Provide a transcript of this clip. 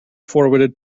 forwarded